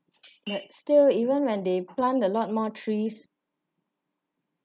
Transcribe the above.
but still even when they plant a lot more trees